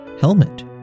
helmet